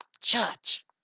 Church